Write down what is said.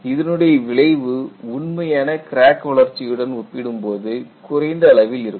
இதனுடைய விளைவு உண்மையான கிராக் வளர்ச்சியுடன் ஒப்பிடும்போது குறைந்த அளவில் இருக்கும்